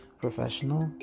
professional